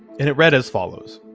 and it read as follows